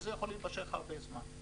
וזה יכול להימשך הרבה זמן.